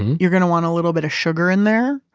you're going to want a little bit of sugar in there.